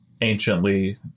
anciently